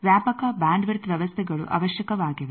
ವ್ಯಾಪಕ bandwidth ವ್ಯವಸ್ಥೆಗಳು ಅವಶ್ಯಕವಾಗಿವೆ